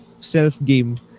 self-game